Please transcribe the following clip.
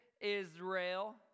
Israel